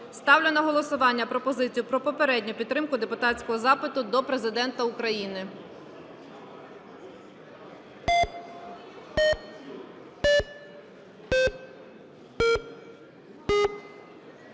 Ставлю на голосування пропозицію про попередню підтримку депутатського запиту до Президента України.